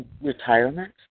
retirement